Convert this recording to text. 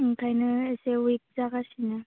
ओंखायनो इसे विक जागासिनो